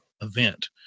event